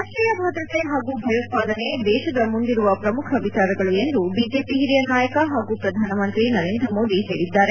ರಾಷ್ಟೀಯ ಭದ್ರತೆ ಹಾಗೂ ಭಯೋತ್ವಾದನೆ ದೇಶದ ಮುಂದಿರುವ ಪ್ರಮುಖ ವಿಚಾರಗಳು ಎಂದು ಬಿಜೆಪಿ ಹಿರಿಯ ನಾಯಕ ಹಾಗೂ ಪ್ರಧಾನ ಮಂತ್ರಿ ನರೇಂದ್ರ ಮೋದಿ ಹೇಳಿದ್ದಾರೆ